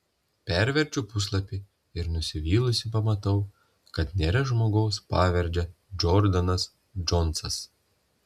perverčiu puslapį ir nusivylusi pamatau kad nėra žmogaus pavarde džordanas džonsas